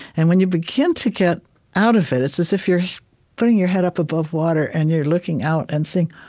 and when you begin to get out of it, it's as if you're putting your head up above water, and you're looking out and saying,